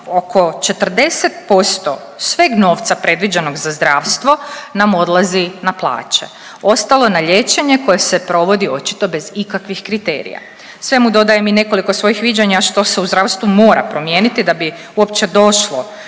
oko 40% sveg novca predviđenog za zdravstvo nam odlazi na plaće, ostalo na liječenje koje se provodi očito bez ikakvih kriterija. Svemu dodajem i nekoliko svojih viđenja što se u zdravstvu mora promijeniti da bi uopće došlo